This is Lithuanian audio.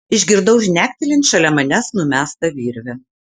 išgirdau žnektelint šalia manęs numestą virvę